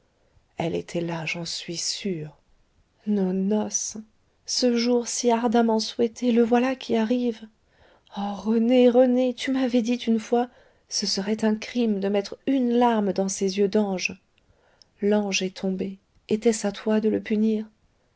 elle était là j'en suis sûre nos noces ce jour si ardemment souhaité le voilà qui arrive oh rené rené tu m'avais dit une fois ce serait un crime de mettre une larme dans ces yeux d'ange l'ange est tombé etait-ce à toi de le punir